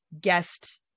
guest